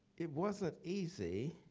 it wasn't easy.